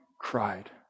cried